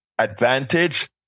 Advantage